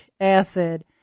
acid